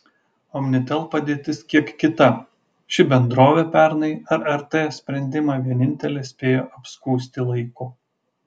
omnitel padėtis kiek kita ši bendrovė pernai rrt sprendimą vienintelė spėjo apskųsti laiku